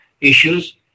issues